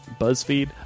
Buzzfeed